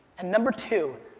and number two,